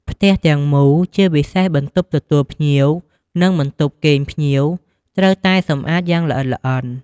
ផ្ទះទាំងមូល ជាពិសេសបន្ទប់ទទួលភ្ញៀវ និងបន្ទប់គេងភ្ញៀវ ត្រូវតែសម្អាតយ៉ាងល្អិតល្អន់។